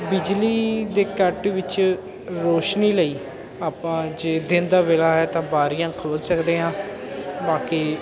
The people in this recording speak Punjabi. ਬਿਜਲੀ ਦੇ ਕੱਟ ਵਿੱਚ ਰੌਸ਼ਨੀ ਲਈ ਆਪਾਂ ਜੇ ਦਿਨ ਦਾ ਵੇਲਾ ਹੈ ਤਾਂ ਬਾਰੀਆਂ ਖੋਲ੍ਹ ਸਕਦੇ ਹਾਂ ਬਾਕੀ